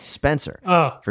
Spencer